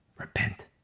Repent